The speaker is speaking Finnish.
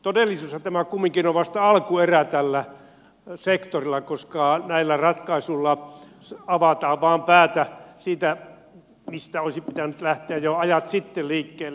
todellisuudessa tämä on kumminkin vasta alkuerä tällä sektorilla koska näillä ratkaisuilla avataan vain päätä siitä mistä olisi pitänyt lähteä jo ajat sitten liikkeelle